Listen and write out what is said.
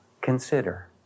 consider